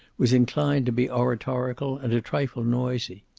was inclined to be oratorical and a trifle noisy.